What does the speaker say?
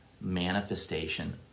manifestation